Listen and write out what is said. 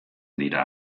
dira